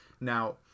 now